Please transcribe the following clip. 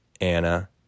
Anna